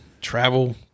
travel